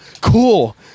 Cool